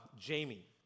Jamie